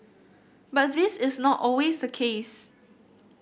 but this is not always the case